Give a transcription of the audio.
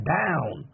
down